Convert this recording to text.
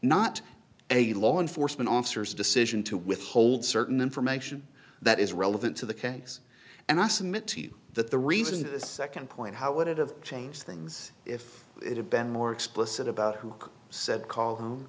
not a law enforcement officers decision to withhold certain information that is relevant to the case and i submit to you that the reason this second point how would it of changed things if it had been more explicit about who said call home